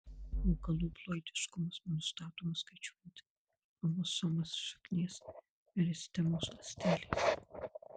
augalų ploidiškumas nustatomas skaičiuojant chromosomas šaknies meristemos ląstelėse